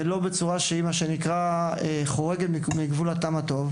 שאינה חורגת מגבול הטעם הטוב